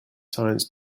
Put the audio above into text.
science